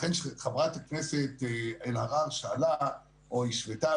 לכן חברת הכנסת אלהרר שאלה או השוותה